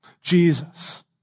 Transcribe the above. Jesus